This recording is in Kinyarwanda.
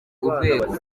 urwego